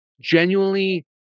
genuinely